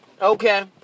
Okay